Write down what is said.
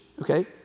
Okay